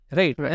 right